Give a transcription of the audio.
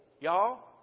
y'all